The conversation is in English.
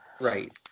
right